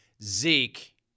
Zeke